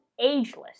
ageless